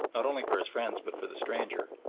not only for his friends but for the stranger,